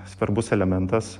svarbus elementas